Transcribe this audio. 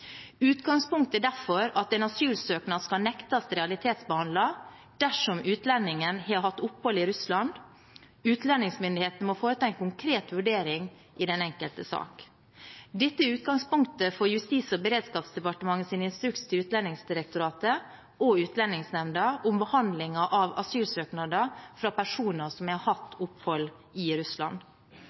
Utgangspunktet er derfor at en asylsøknad skal nektes realitetsbehandlet dersom utlendingen har hatt opphold i Russland. Utlendingsmyndighetene må foreta en konkret vurdering i den enkelte sak. Dette er utgangspunktet for Justis- og beredskapsdepartementets instruks til Utlendingsdirektoratet og Utlendingsnemnda om behandlingen av asylsøknader fra personer som har hatt opphold i Russland.